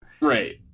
right